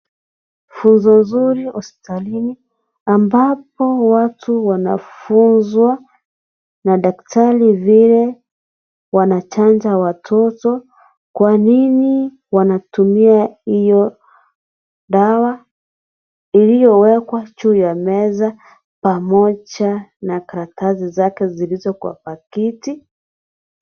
Funzo nzuri hospitalini, ambapo watu wanafunzwa na daktari vile wanachanja watoto, kwa nini wanatumia hiyo dawa iliyowekwa juu ya meza pamoja na karatasi zake zilizo kwa pakiti.